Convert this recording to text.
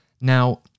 Now